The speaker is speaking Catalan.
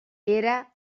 era